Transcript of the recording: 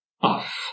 off